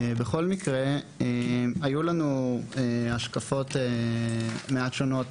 בכל מקרה, היו לנו השקפות מעט שונות